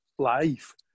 life